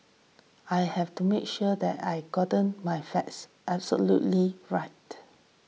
I have to make sure then I gotten my facts absolutely right